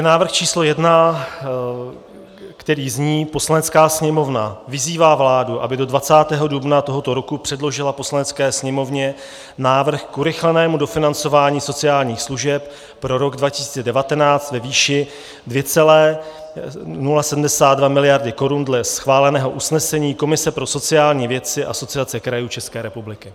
Návrh číslo 1, který zní: Poslanecká sněmovna vyzývá vládu, aby do 20. dubna t. r. předložila Poslanecké sněmovně návrh k urychlenému dofinancování sociálních služeb pro rok 2019 ve výši 2,072 mld. korun dle schváleného usnesení Komise pro sociální věci Asociace krajů České republiky.